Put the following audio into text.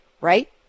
Right